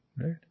right